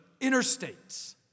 interstates